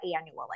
annually